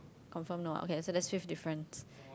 confirm no okay so that's fifth difference